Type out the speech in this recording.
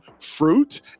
fruit